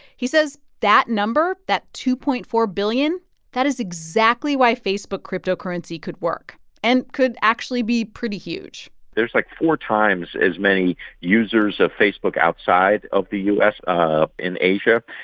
he says that number that two point four billion that is exactly why facebook cryptocurrency could work and could actually be pretty huge there's, like, four times as many users of facebook outside of the u s. ah in asia.